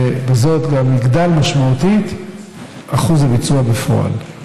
ובזאת גם יגדל משמעותית אחוז הביצוע בפועל.